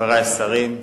חברי השרים,